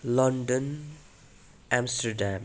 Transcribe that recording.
London Amsterdam